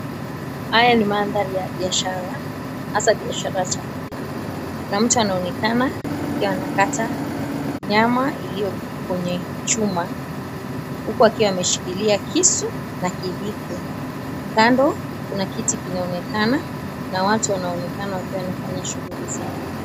Haya ni mandhari ya biashara, hasa biashara. Kuna mtu anaonekana akiwa anakata nyama iliyo kwenye chuma huku akiwa ameshikilia kisu na kijiko kando kuna kiti kinaonekana na watu wanaonekana pia wanafanya shughuli zao.